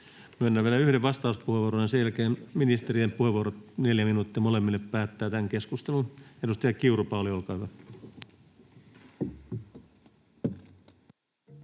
Myönnän vielä yhden vastauspuheenvuoron, ja sen jälkeen ministerien puheenvuorot, 4 minuuttia molemmille, päättävät tämän keskustelun. — Edustaja Kiuru, Pauli, olkaa hyvä.